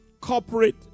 corporate